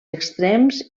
extrems